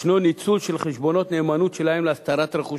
ישנו ניצול של חשבונות נאמנות שלהם להסתרת רכוש